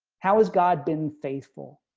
how has god been faithful